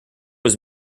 was